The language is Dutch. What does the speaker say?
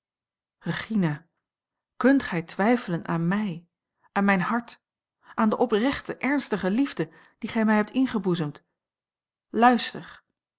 regina kunt gij twijfelen aan mij aan mijn hart aan de oprechte ernstige liefde die gij mij hebt ingeboezemd luister